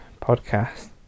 podcast